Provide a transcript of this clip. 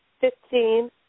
Fifteen